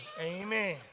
Amen